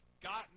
gotten